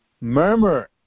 murmur